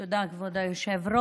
תודה, כבוד היושב-ראש.